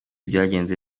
byagenze